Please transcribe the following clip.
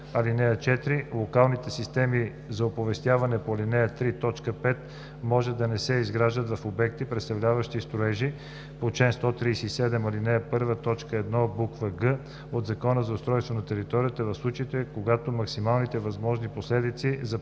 -7: „(4) Локалните системи за оповестяване по ал. 3, т. 5 може да не се изграждат в обекти, представляващи строежи по чл. 137, ал. 1, т. 1, буква „г“ от Закона за устройство на територията, в случаите, когато максималните възможни последици за